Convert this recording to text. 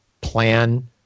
plan